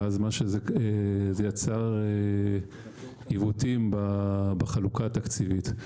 ואז זה יצר עיוותים בחלוקה התקציבית.